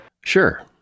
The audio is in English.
Sure